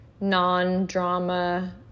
non-drama